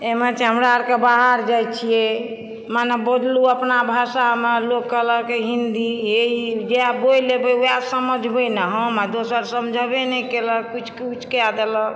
हमरा आरके बाहर जाइ छियै माने बोललू अपना भाषा मे लोक कहलक हिन्दी हे ई जएह बोलि एबै वएह समझबै ने हम आ दोसर समझेबे नहि केलक कुछ कुछ कए देलक